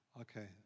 Okay